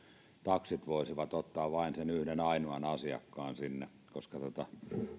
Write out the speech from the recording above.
taksit voisivat ottaa vain sen yhden ainoan asiakkaan sinne koska